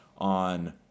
on